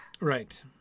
Right